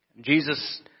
Jesus